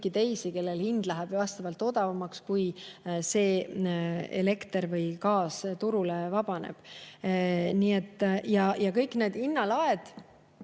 teisi, kellel hind läheb vastavalt odavamaks, kui see elekter või gaas turul vabaneb. Kõigil nendel hinnalagedel